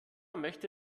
möchte